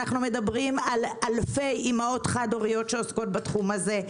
אנחנו מדברים על אלפי אימהות חד הוריות שעוסקות בתחום הזה,